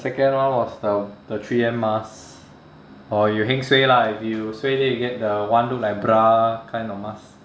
second one was the the three M mask or you heng suay lah if you suay then you get the one look like bra kind of mask